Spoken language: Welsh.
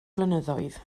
blynyddoedd